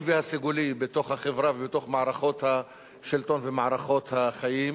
והסגולי בתוך החברה ובתוך מערכות השלטון ומערכות החיים.